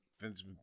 Vince